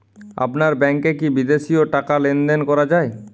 আপনার ব্যাংকে কী বিদেশিও টাকা লেনদেন করা যায়?